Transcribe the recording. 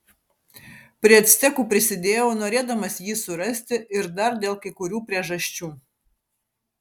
prie actekų prisidėjau norėdamas jį surasti ir dar dėl kai kurių priežasčių